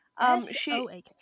S-O-A-K